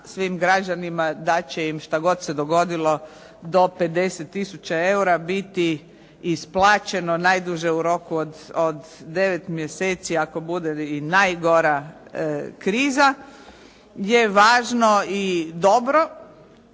svim građanima da će im šta god se dogodilo, do 50 tisuća eura biti isplaćeno najduže u roku od 9 mjeseci ako bude i najgora kriza, je važno i dobro.